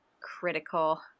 critical